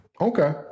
Okay